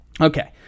Okay